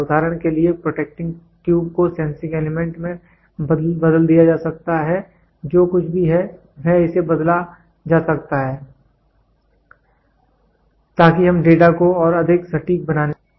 उदाहरण के लिए प्रोटेक्टिंग ट्यूब को सेंसिंग एलिमेंट में बदल दिया जा सकता है जो कुछ भी है वह इसे बदला जा सकता है ताकि हम डेटा को और अधिक सटीक बनाने की कोशिश करें